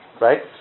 Right